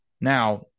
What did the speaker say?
Now